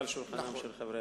שהונחה על שולחן הכנסת.